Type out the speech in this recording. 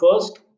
first